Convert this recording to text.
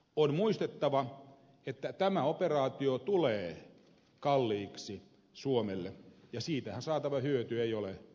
on muistettava että tämä operaatio tulee kalliiksi suomelle ja siitä saatava hyöty ei ole järin suuri